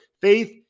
faith